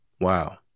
Wow